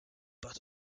but